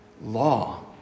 law